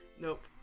nope